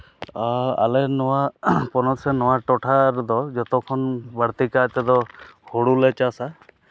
ᱟᱞᱮ ᱱᱚᱣᱟ ᱯᱚᱱᱚᱛ ᱥᱮ ᱟᱞᱮ ᱴᱚᱴᱷᱟ ᱫᱚ ᱡᱚᱛᱚ ᱠᱷᱚᱱ ᱵᱟᱹᱲᱛᱤ ᱠᱟᱭᱛᱮᱫᱚ ᱦᱳᱲᱳ ᱞᱮ ᱪᱟᱥᱟ